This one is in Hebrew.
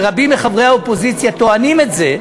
ורבים מחברי האופוזיציה טוענים את זה,